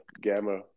Gamma